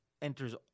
enters